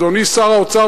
אדוני שר האוצר,